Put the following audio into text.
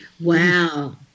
Wow